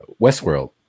Westworld